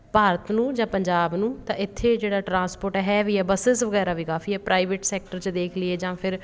ਭਾਰਤ ਨੂੰ ਜਾਂ ਪੰਜਾਬ ਨੂੰ ਤਾਂ ਇੱਥੇ ਜਿਹੜਾ ਟਰਾਂਸਪੋਟ ਹੈ ਵੀ ਹੈ ਬਸਿਸ ਵਗੈਰਾ ਵੀ ਕਾਫੀ ਹੈ ਪ੍ਰਾਈਵੇਟ ਸੈਕਟਰ 'ਚ ਦੇਖ ਲਈਏ ਜਾਂ ਫਿਰ